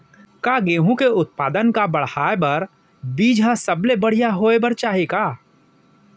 का गेहूँ के उत्पादन का बढ़ाये बर बीज ह सबले बढ़िया होय बर चाही का?